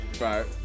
Right